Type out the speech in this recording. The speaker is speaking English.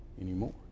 anymore